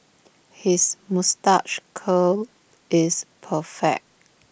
his moustache curl is perfect